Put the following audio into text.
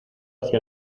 hacia